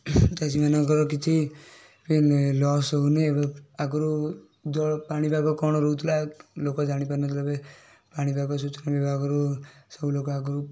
ଚାଷୀମାନଙ୍କର କିଛି ବି ଲସ୍ ହେଉନି ଆଗରୁ ଜଳ ପାଣିପାଗ କଣ ରହୁଥିଲା ଲୋକ ଜାଣି ପାରୁ ନ ଥିଲେ ଏବେ ପାଣିପାଗ ସୂଚନା ବିଭାଗରୁ ସବୁ ଲୋକ ଆଗରୁ